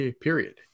period